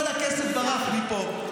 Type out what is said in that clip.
כל הכסף ברח מפה,